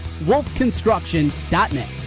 wolfconstruction.net